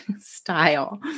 style